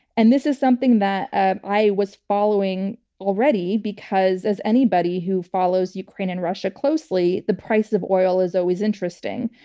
and this is something that ah i was following already because as anybody who follows ukraine and russia closely, the price of oil is always interesting.